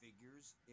figures